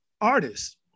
artists